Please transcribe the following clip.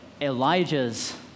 Elijah's